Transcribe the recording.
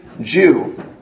Jew